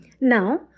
Now